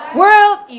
world